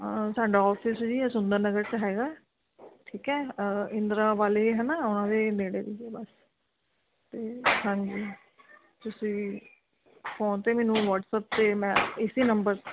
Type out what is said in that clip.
ਹਾਂ ਸਾਡਾ ਓਫਿਸ ਜੀ ਇਹ ਸੁੰਦਰ ਨਗਰ 'ਚ ਹੈਗਾ ਠੀਕ ਹੈ ਇੰਦਰਾ ਵਾਲੇ ਹੈ ਨਾ ਉਹਨਾਂ ਦੇ ਨੇੜੇ ਜੇ ਹਾਂਜੀ ਤੁਸੀਂ ਫੋਨ 'ਤੇ ਮੈਨੂੰ ਵਟਸਐਪ 'ਤੇ ਮੈਂ ਇਸੀ ਨੰਬਰ